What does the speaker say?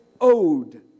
owed